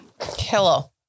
Hello